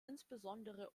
insbesondere